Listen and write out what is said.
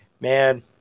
Man